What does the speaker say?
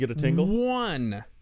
one